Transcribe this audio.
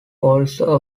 also